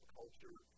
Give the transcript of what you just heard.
culture